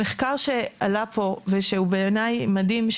המחקר שעלה פה ושהוא בעיניי מדהים,